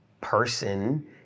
person